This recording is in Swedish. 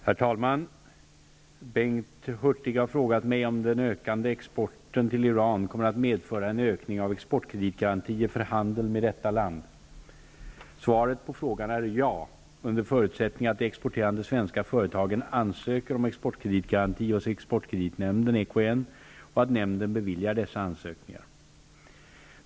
Herr talman! Bengt Hurtig har frågat mig om den ökande exporten till Iran kommer att medföra en ökning av exportkreditgarantier för handel med detta land. Svaret på frågan är ja, under förutsättning att de exporterande svenska före tagen ansöker om exportkreditgaranti hos exportkreditnämnden och att nämnden beviljar dessa ansökningar.